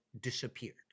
disappeared